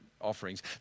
offerings